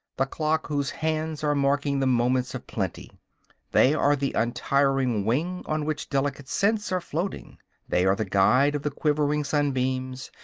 the clock whose hands are marking the moments of plenty they are the untiring wing on which delicate scents are floating they are the guide of the quivering sunbeams,